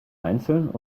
einzeln